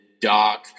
dark